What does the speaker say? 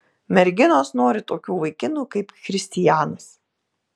merginos nori tokių vaikinų kaip christijanas